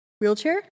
Wheelchair